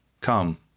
Come